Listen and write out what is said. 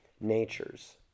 natures